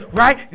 right